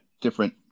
different